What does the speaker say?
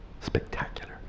spectacular